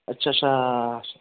आदसा सा सा